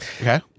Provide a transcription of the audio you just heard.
Okay